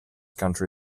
country